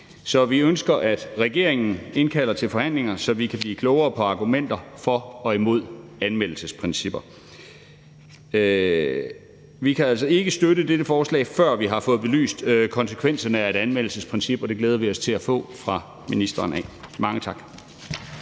Så vi ønsker, at regeringen indkalder til forhandlinger, så vi kan blive klogere på argumenter for og imod anmeldelsesprincipper. Vi kan altså ikke støtte dette forslag, før vi har fået belyst konsekvenserne af et anmeldelsesprincip, og det glæder vi os til at få fra ministeren. Mange tak.